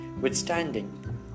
withstanding